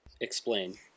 Explain